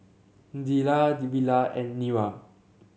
Zillah Villa and Nira